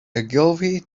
ogilvy